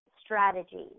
strategies